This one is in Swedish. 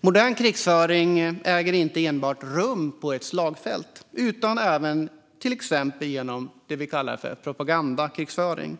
Modern krigföring äger inte rum enbart på slagfältet utan även genom till exempel det vi kallar propagandakrigföring.